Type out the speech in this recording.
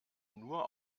nur